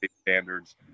standards